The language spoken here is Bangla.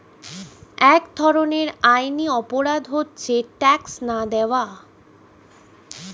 এক ধরনের আইনি অপরাধ হচ্ছে ট্যাক্স না দেওয়া